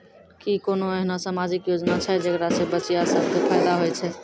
कि कोनो एहनो समाजिक योजना छै जेकरा से बचिया सभ के फायदा होय छै?